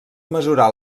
mesurar